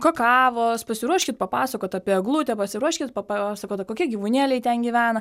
kakavos pasiruoškit papasakot apie eglutę pasiruoškit papasakoti kokie gyvūnėliai ten gyvena